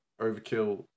Overkill